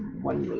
one